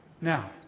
Now